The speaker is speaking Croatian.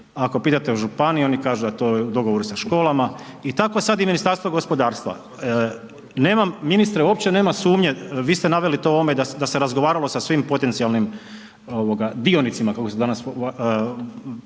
ako pitate u županiji, oni kažu da je to u dogovoru sa školama i tako sad i Ministarstvo gospodarstva. Nemam, ministre, uopće nema sumnje, vi ste naveli to u ovome da se razgovaralo sa svim potencijalnim dionicima, kako se danas